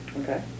okay